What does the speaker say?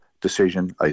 decision